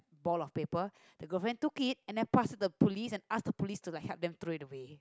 ball of paper the girlfriend too kid and then pass to the police and ask the police to like help them throw it away